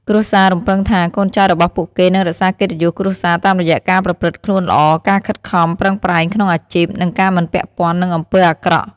គ្រួសាររំពឹងថា កូនចៅរបស់ពួកគេនឹងរក្សាកិត្តិយសគ្រួសារ តាមរយៈការប្រព្រឹត្តខ្លួនល្អ ការខិតខំប្រឹងប្រែងក្នុងអាជីព និងការមិនពាក់ព័ន្ធនឹងអំពើអាក្រក់។